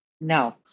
No